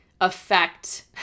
affect